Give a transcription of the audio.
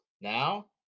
Now